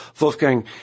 Wolfgang